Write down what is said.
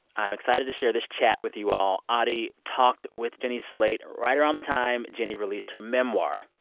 i'm excited to share this chat with you all. audie talked with jenny slate right around the time jenny released her memoir,